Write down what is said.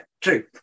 true